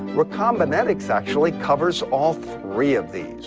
recombinetics actually covers all three of these.